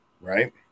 right